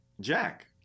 jack